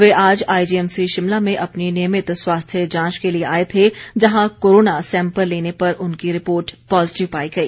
वे आज आईजीएमसी शिमला में अपनी नियमित स्वास्थ्य जांच के लिए आए थे जहां कोरोना सैम्पल लेने पर उनकी रिपोर्ट पॉजीटिव पाई गई